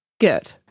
Good